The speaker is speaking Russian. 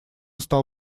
стал